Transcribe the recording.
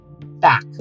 back